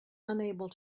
unable